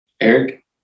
Eric